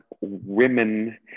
women